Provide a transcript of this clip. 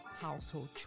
household